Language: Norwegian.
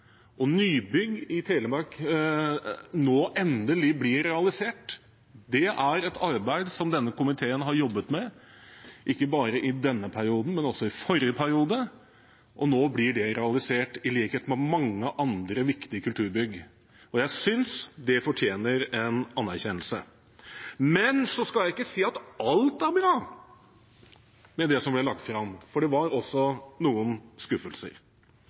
og nybygg i Telemark nå endelig blir realisert. Det er noe denne komiteen har jobbet med, ikke bare i denne perioden, men også i forrige periode, og nå blir det realisert, i likhet med mange andre viktige kulturbygg. Jeg synes det fortjener en anerkjennelse. Så skal jeg ikke si at alt er bra med det som ble lagt fram, for det var også noen skuffelser.